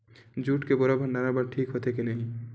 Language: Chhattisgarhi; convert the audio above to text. जूट के बोरा भंडारण बर ठीक होथे के नहीं?